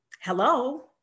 hello